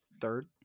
third